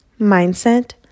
mindset